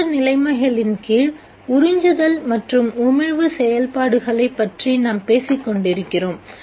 ஏற்ற நிலைமைகளின்கீழ் உறிஞ்சுதல் மற்றும் உமிழ்வு செயல்பாடுகளைப் பற்றி நாம் பேசிக்கொண்டிருக்கிறோம்